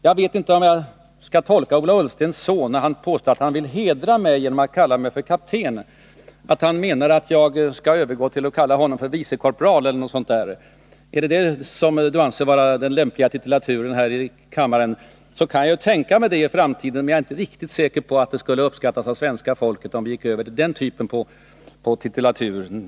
Jag vet inte om jag skall tolka Ola Ullsten så, när han påstår att han vill hedra mig genom att kalla mig kapten, att han menar att jag skall övergå till att kalla honom vicekorpral eller något sådant. Skulle han anse att det var lämplig titulatur här i kammaren kan jag tänka mig det i framtiden, men jag är inte riktigt säker på att det skulle uppskattas av svenska folket om vi gick över till den typen av tilltalsord.